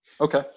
Okay